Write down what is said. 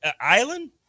island